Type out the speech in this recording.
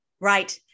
Right